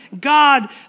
God